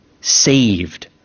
Saved